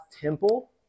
temple